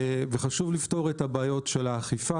וחשוב לפתור את הבעיות של האכיפה,